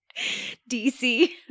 DC